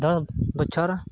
ᱫᱚᱥ ᱵᱚᱪᱷᱚᱨ